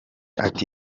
ati